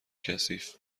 کثیف